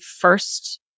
first